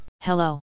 Hello